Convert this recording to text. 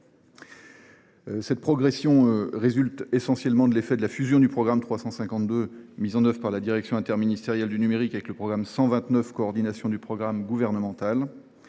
Cette progression résulte essentiellement de la fusion du programme 352 mis en œuvre par la direction interministérielle du numérique et du programme 129 « Coordination du programme gouvernemental